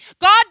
God